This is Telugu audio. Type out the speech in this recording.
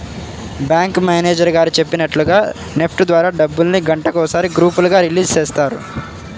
బ్యాంకు మేనేజరు గారు చెప్పినట్లుగా నెఫ్ట్ ద్వారా డబ్బుల్ని గంటకొకసారి గ్రూపులుగా రిలీజ్ చేస్తారు